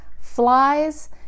flies